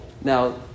Now